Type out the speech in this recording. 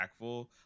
impactful